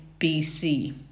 BC